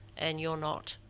and you're not.